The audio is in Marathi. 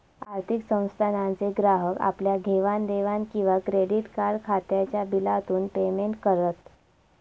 आर्थिक संस्थानांचे ग्राहक आपल्या घेवाण देवाण किंवा क्रेडीट कार्ड खात्याच्या बिलातून पेमेंट करत